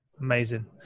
Amazing